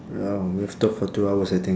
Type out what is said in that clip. !wow! we have talk for two hours I think